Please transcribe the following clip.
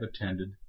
attended